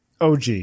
OG